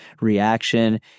reaction